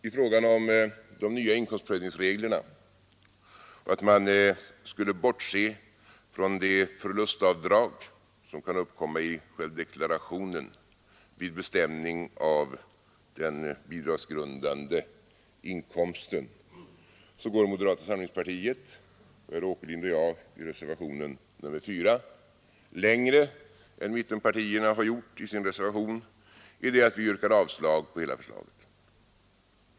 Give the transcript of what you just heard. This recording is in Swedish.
I fråga om de nya inkomstprövningsreglerna och att man skulle bortse från de förlustavdrag som kan uppkomma i självdeklarationen vid bestämningen av den bidragsgrundande inkomsten går moderata samlingspartiet, och herr Åkerlind och jag i reservationen 4, längre än mittenpartierna har gjort i sin reservation i det att vi yrkar avslag på hela förslaget.